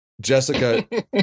jessica